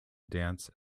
dance